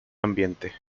ambiente